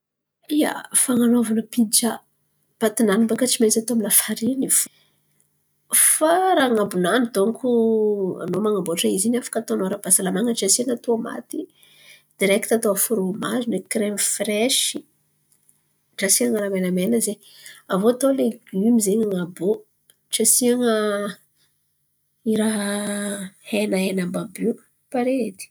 Fan̈anovana pija pati-nany baka tsy maintsy atô amy lafariny fo. Fa raha an̈abo-nany donko anô man̈aboatra izy iny afaka atô ara-pahasalama. Tsy asian̈a tomaty, direkity atô frômazy ndraiky kiremy firesy tsy asian̈a raha na asin̈a raha menamena ze. Avio atô legioma zen̈y an̈abo io tsy asiana raha henahena àby pare edy.